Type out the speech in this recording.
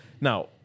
now